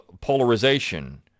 polarization